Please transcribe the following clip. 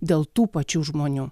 dėl tų pačių žmonių